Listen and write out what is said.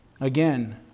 again